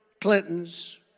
Clinton's